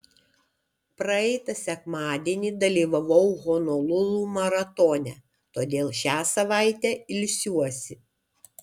praeitą sekmadienį dalyvavau honolulu maratone todėl šią savaitę ilsiuosi